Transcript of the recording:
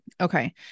Okay